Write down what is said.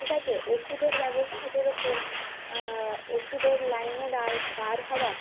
ঠিক আছে ওষুধের ব্যবস্থা যেরকম ওষুধের লাইনে দাঁড় দাঁড় হওয়া